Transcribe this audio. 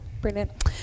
Brilliant